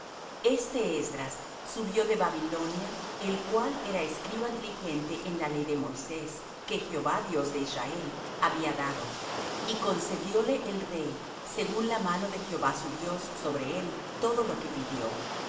este esdras subió de banilonia el cual era escriba diligente en la ley de moisés que jehová dios de israel había dado y concedióle el rey según la mano de jehová su dios sobre él todo lo que pidió